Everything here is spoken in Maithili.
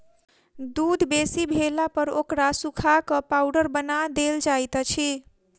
दूध बेसी भेलापर ओकरा सुखा क पाउडर बना देल जाइत छै